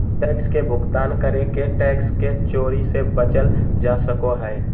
tax के भुगतान करके टैक्स के चोरी से बचल जा सको हय